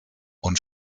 und